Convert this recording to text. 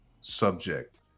subject